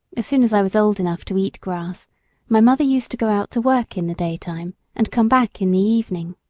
as soon as i was old enough to eat grass my mother used to go out to work in the daytime, and come back in the evening.